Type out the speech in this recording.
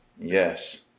yes